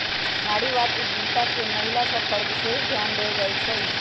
नारीवाद उद्यमिता में महिला सभ पर विशेष ध्यान देल जाइ छइ